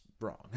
wrong